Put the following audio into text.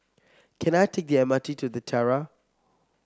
can I take the M R T to The Tiara